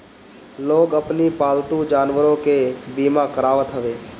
लोग अपनी पालतू जानवरों के बीमा करावत हवे